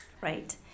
right